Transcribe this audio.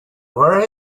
where